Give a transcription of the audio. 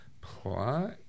Plot